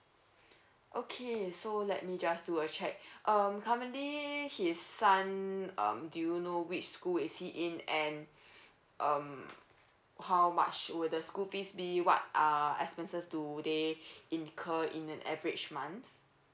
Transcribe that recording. okay so let me just do a check um currently his son um do you know which school is he in and um how much would the school fee be what are expenses do they incur in an average month